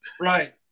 Right